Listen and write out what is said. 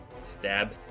stab